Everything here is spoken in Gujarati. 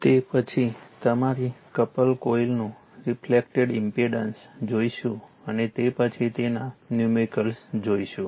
તેથી પછી તમારી કપલ કોઇલનું રિફ્લેક્ટેડ ઇમ્પેડન્સ જોઈશુ અને તે પછી તેના ન્યૂમેરિકલ જોઈશુ